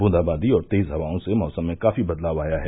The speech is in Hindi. ब्रंदाबांदी और तेज़ हवाओं से मौसम में काफी बदलाव आया है